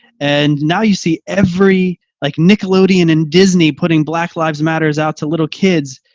and now you see every like nickelodeon and disney putting black lives matters out too. little kids,